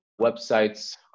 websites